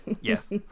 Yes